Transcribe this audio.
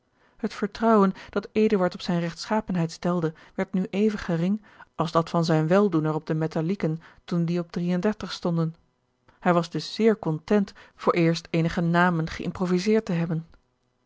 het vertrouwen dat eduard op zijne regtschapenheid stelde werd nu even gering als dat van zijnen weldoener op de metallieken toen die op drie en dertig stonden hij was dus zeer content vooreerst eenige namen geïmproviseerd te hebben